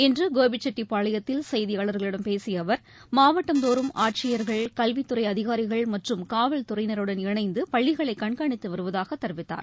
இன்றுகோபிச்செட்டப்பாளையத்தில் செய்தியாளர்களிடம் பேசியஅவர் மாவட்டந்தோறும் ஆட்சியர்கள் கல்வித் துறைஅதிகாரிகள் மற்றும் காவல்துறையினருடன் இணைந்துபள்ளிகளைகண்காணித்துவருவதாகதெரிவித்தார்